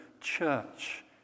church